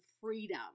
freedom